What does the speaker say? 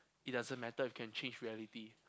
it doesn't matter if can achieve reality